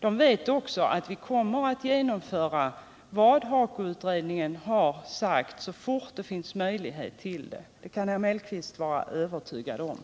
De vet också att vi kommer att genomföra vad HAKO utredningen har föreslagit så fort det finns möjlighet till det. Det kan herr Nr 147 Mellqvist vara övertygad om.